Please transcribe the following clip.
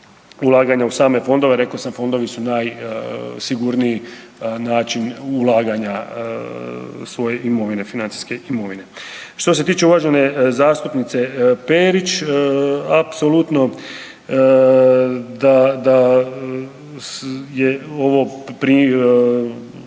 ulaganja u same fondove, reko sam fondovi su najsigurniji način ulaganja svoje imovine, financijske imovine. Što se tiče uvažene zastupnice Perić, apsolutno daje ovo jedan,